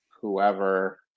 whoever